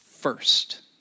First